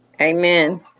Amen